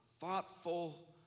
thoughtful